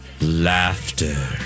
laughter